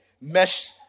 Mesh